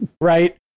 Right